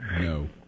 No